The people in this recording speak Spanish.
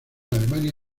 alemania